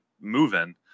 moving